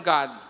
God